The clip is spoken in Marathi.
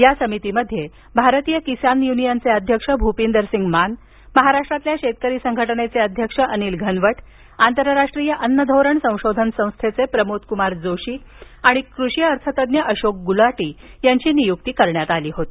या समितीमध्ये भारतीय किसान युनियनचे अध्यक्ष भूपिंदरसिंग मान महाराष्ट्रातील शेतकरी संघटनेचे अध्यक्ष अनिल घनवट आंतरराष्ट्रीय अन्न धोरण संशोधन संस्थेचे प्रमोदक्मार जोशी आणि कृषी अर्थ तज्ज्ञ अशोक गुलाटी यांची नियुक्ती करण्यात आली होती